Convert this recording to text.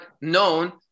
known